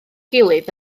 gilydd